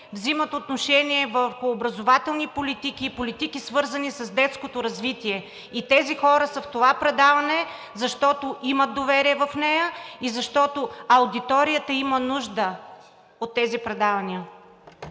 взимат отношение по образователни политики и политики, свързани с детското развитие. И тези хора са в това предаване, защото имат доверие в нея и защото аудиторията има нужда от тези предавания.